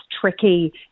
tricky